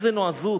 איזו נועזות.